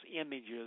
images